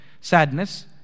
sadness